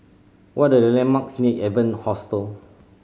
what are the landmarks near Evan Hostel